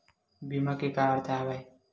बीमा के का अर्थ हवय?